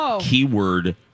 keyword